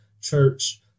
Church